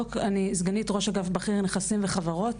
צדוק אני סגנית ראש אגף בכיר נכסים וחברות,